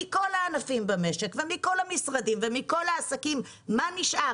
מכל הענפים במשק ומכל המשרדים ומכל העסקים מה נשאר?